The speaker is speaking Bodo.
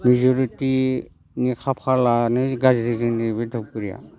मेज'रिटिनि खाफालानो गाज्रि जोंनि बे धुपगुरिया